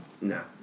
No